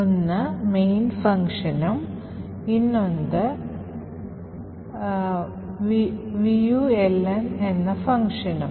ഒരു main ഫംഗ്ഷനും vuln എന്ന ഫംഗ്ഷനും